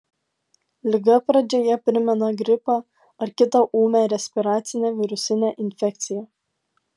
liga pradžioje primena gripą ar kitą ūmią respiracinę virusinę infekciją